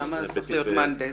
למה צריך להיות מהנדס?